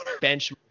bench